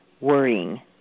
worrying